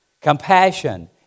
Compassion